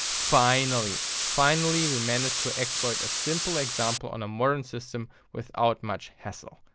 finally finally we managed to exploit a simple example on a modern system without much hassle.